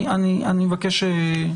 אני אומר עוד פעם,